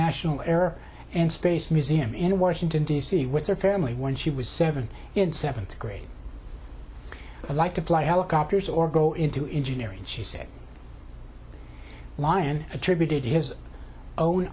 national air and space museum in washington d c with her family when she was seven in seventh grade i like to fly helicopters or go into engineering she said lyon attributed his own